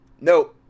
No